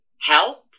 help